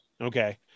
Okay